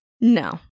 No